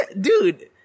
dude